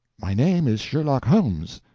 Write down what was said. my name is sherlock holmes,